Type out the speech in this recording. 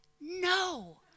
no